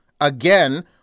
Again